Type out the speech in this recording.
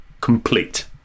complete